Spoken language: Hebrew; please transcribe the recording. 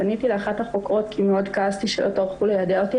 פניתי לאחת החוקרות כי מאוד כעסתי שלא טרחו ליידע אותי.